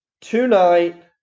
tonight